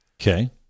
okay